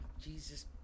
Jesus